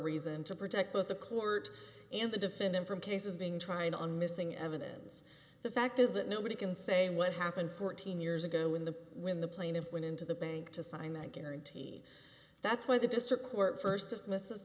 reason to protect both the court and the defendant from cases being tried on missing evidence the fact is that nobody can say what happened fourteen years ago when the when the plaintiff went into the bank to sign the guarantee that's why the district court st dismisses